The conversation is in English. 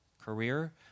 career